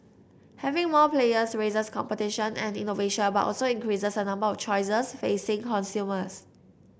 having more players raises competition and innovation but also increases the number of choices facing consumers